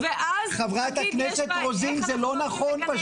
חברת הכנסת רוזין, זה לא נכון פשוט.